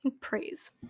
Praise